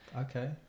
Okay